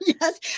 Yes